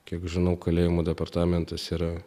kiek žinau kalėjimų departamentas yra